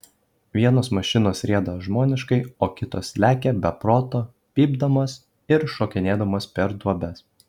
vienos mašinos rieda žmoniškai o kitos lekia be proto pypdamos ir šokinėdamos per duobes